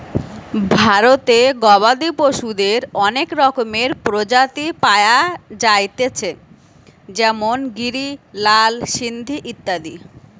ভারতে গবাদি পশুদের অনেক রকমের প্রজাতি পায়া যাইতেছে যেমন গিরি, লাল সিন্ধি ইত্যাদি